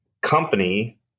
company